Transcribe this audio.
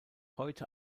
heute